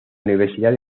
universidad